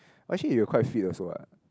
but actually you are quite fit also what